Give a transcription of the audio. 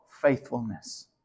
faithfulness